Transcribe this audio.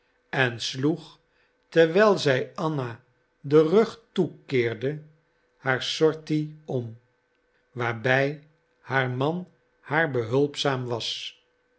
en sloeg terwijl zij anna den rug toekeerde haar sortie om waarbij haar man haar behulpzaam was